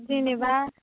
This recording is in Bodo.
जेनेबा